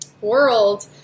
world